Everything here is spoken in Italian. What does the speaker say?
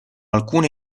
alcune